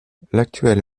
l’actuel